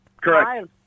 Correct